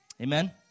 Amen